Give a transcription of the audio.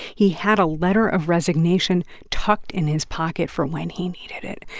he had a letter of resignation tucked in his pocket for when he needed it.